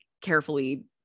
carefully